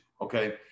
okay